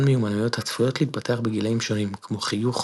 מיומנויות הצפויות להתפתח בגילאים שונים כמו חיוך,